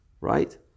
right